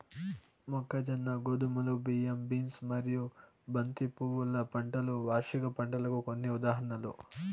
మొక్కజొన్న, గోధుమలు, బియ్యం, బీన్స్ మరియు బంతి పువ్వుల పంటలు వార్షిక పంటలకు కొన్ని ఉదాహరణలు